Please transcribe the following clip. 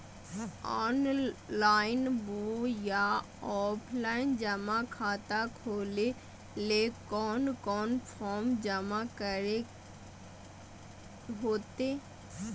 Online बोया offline जमा खाता खोले ले कोन कोन फॉर्म जमा करे होते?